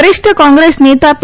વરિષ્ઠ કોંગ્રેસ નેતા પી